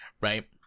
right